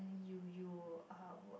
you you uh what